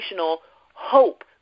hope